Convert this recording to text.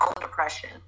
depression